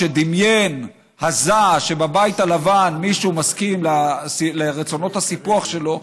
שדמיין והזה שבבית הלבן מישהו מסכים לרצונות הסיפוח שלו,